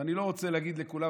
ואני לא רוצה להגיד לכולם,